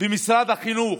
במשרד החינוך,